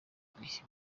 ibindi